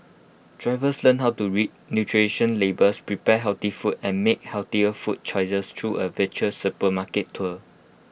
drivers learn how to read nutritional labels prepare healthy food and make healthier food choices through A virtual supermarket tour